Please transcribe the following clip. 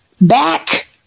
back